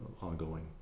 ongoing